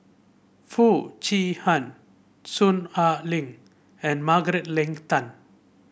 Foo Chee Han Soon Ai Ling and Margaret Leng Tan